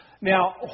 Now